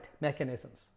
mechanisms